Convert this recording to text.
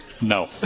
No